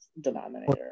Denominator